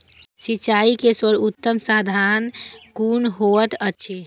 सिंचाई के सर्वोत्तम साधन कुन होएत अछि?